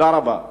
תודה רבה.